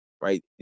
right